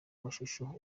mashusho